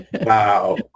Wow